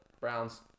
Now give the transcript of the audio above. Browns